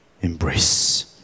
embrace